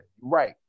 right